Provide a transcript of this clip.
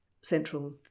central